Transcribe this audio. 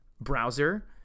browser